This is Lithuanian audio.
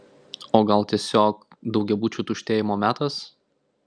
o gal tiesiog daugiabučių tuštėjimo metas